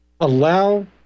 allow